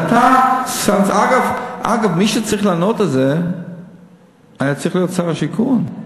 אתה, אגב, מי שהיה צריך לענות זה שר השיכון.